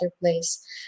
place